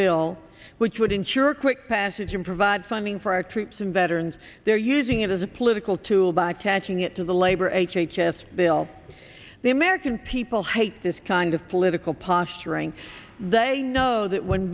bill which would ensure quick passage and provide funding for our troops and veterans there using it as a political tool by attaching it to the labor h h s bill the american people hate this kind of political posturing they know that when